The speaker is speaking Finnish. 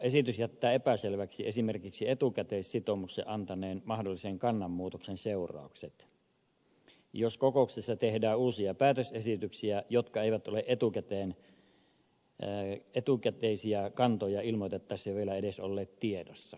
esitys jättää epäselväksi esimerkiksi etukäteissitoumuksen antaneen mahdollisen kannanmuutoksen seuraukset jos kokouksessa tehdään uusia päätösesityksiä jotka eivät ole etukäteisiä kantoja ilmoitettaessa vielä edes olleet tiedossa